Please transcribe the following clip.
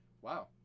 Wow